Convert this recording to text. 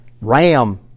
ram